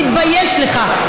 תתבייש לך.